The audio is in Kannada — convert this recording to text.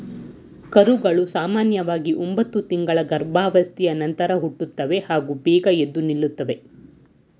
ಕರುಗಳು ಸಾಮನ್ಯವಾಗಿ ಒಂಬತ್ತು ತಿಂಗಳ ಗರ್ಭಾವಸ್ಥೆಯ ನಂತರ ಹುಟ್ಟುತ್ತವೆ ಹಾಗೂ ಬೇಗ ಎದ್ದು ನಿಲ್ತದೆ